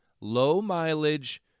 low-mileage